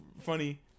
funny